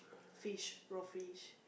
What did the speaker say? fish raw fish